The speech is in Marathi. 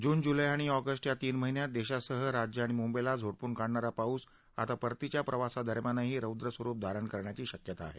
जून जूलै आणि ऑगस्ट या तीन महिन्यांत देशासह राज्य आणि मुंबईला झोडपून काढणारा पाऊस आता परतीच्या प्रवासादरम्यानही रौद्र स्वरूप धारण करण्याची शक्यता आहे